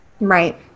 right